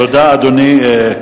תודה, אדוני.